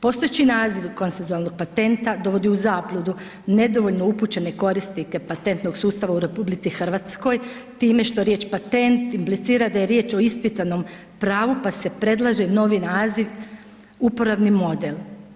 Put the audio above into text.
Postojeći naziv konsenzualnog patenta dovodi u zabludu nedovoljno upućene korisnike patentnog sustava u RH time što riječ patent implicira da je riječ o ispisanom pravu pa se predlaže novi naziv uporabni model.